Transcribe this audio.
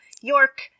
York